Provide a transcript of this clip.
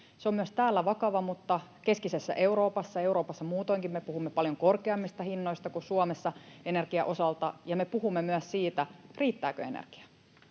Se on myös täällä vakava, mutta keskisessä Euroopassa ja Euroopassa muutoinkin me puhumme paljon korkeammista hinnoista kuin Suomessa energian osalta, ja me puhumme myös siitä, riittääkö energia,